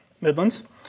Midlands